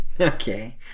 Okay